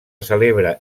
celebra